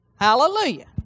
Hallelujah